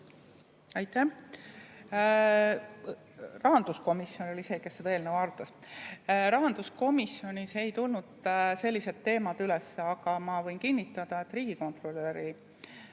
Rahanduskomisjon oli see, kes seda eelnõu arutas. Rahanduskomisjonis ei tulnud sellised teemad üles. Aga ma võin kinnitada, et riigikontrolöri